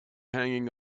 hanging